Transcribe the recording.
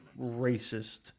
racist